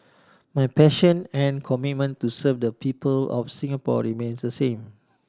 my passion and commitment to serve the people of Singapore remains the same